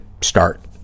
start